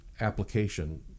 application